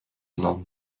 along